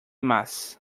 más